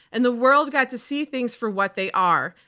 and the world got to see things for what they are.